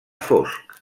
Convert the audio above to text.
fosc